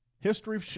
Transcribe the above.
History